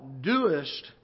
doest